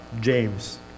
James